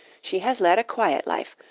she has led a quiet life,